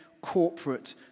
corporate